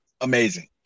amazing